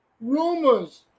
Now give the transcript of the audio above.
rumors